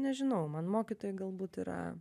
nežinau man mokytojai galbūt yra